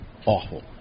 awful